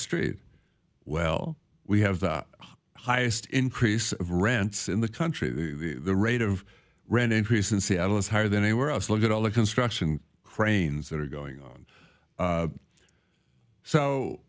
street well we have the highest increase of rents in the country the rate of rent increase in seattle is higher than anywhere else look at all the construction cranes that are going on